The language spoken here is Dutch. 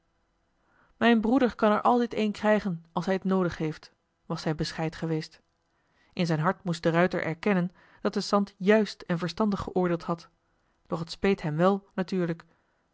mijn broeder kan er altijd een krijgen als hij t noodig heeft was zijn bescheid geweest in zijn hart moest de ruijter erkennen dat de sant juist en verstandig geoordeeld had doch het speet hen wel natuurlijk